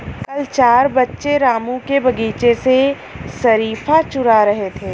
कल चार बच्चे रामू के बगीचे से शरीफा चूरा रहे थे